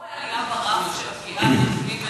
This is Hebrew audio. אבל אתה לא רואה עלייה ברף של הפגיעה בארגונים בין-לאומיים?